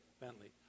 Bentley